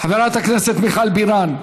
חברת הכנסת מיכל בירן.